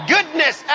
Goodness